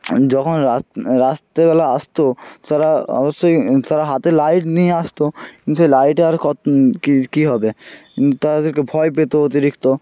যখন রাতের বেলা আসতো তারা অবশ্যই তারা হাতে লাইট নিয়ে আসতো যে লাইটে আর কত কী কী হবে তাদেরকে ভয় পেত অতিরিক্ত